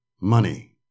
Money